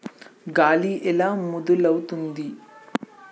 గాలి ఎలా మొదలవుతుంది?